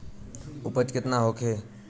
उपज केतना होखे?